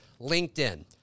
LinkedIn